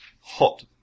hot